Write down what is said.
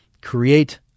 create